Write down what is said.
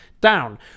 down